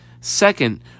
second